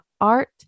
art